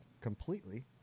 completely